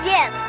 Yes